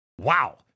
Wow